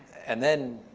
and then,